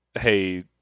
Hey